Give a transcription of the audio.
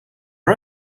all